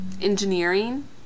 engineering